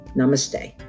Namaste